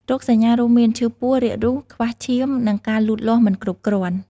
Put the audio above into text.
រោគសញ្ញារួមមាន ឈឺពោះ រាគរូស ខ្វះឈាម និងការលូតលាស់មិនគ្រប់គ្រាន់។